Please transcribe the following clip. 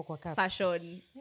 fashion